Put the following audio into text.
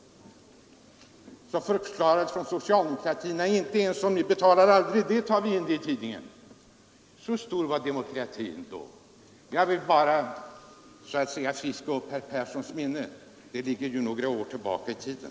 Då förklarades från socialdemokratiskt håll: Hur mycket vpk än betalar tar vi inte in det i tidningen. Så stor var demokratin då! Jag ville som sagt bara friska upp herr Perssons minne — det ligger ju några år tillbaka i tiden.